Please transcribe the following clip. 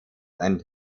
and